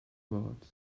words